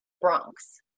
Bronx